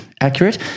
accurate